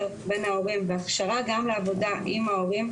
בין ההורים והכשרה גם לעבודה עם ההורים.